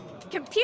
Computer